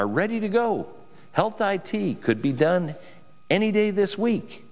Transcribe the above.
are ready to go health i t could be done any day this week